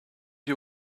you